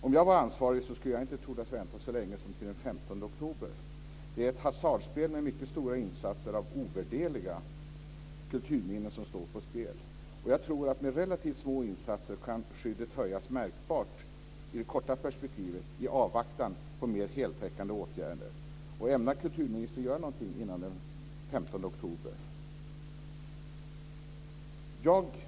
Om jag var ansvarig skulle jag inte tordas vänta så länge som till den 15 oktober. Det är ett hasardspel med mycket stora insatser av ovärderliga kulturminnen som står på spel. Jag tror att skyddet med relativt små insatser kan höjas märkbart i det korta perspektivet i avvaktan på mer heltäckande åtgärder. Ämnar kulturministern göra någonting före den 15 oktober?